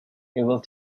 able